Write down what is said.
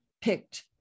picked